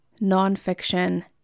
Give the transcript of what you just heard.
nonfiction